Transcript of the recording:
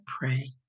pray